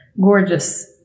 gorgeous